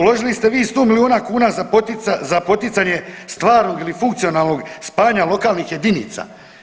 Uložili ste vi 100 milijuna kuna za poticanje stvarnog ili funkcionalnog spajanja lokalnih jedinica.